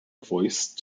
voice